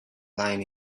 lying